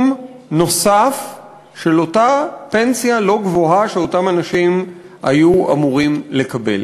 נוסף של אותה פנסיה לא גבוהה שאותם אנשים היו אמורים לקבל.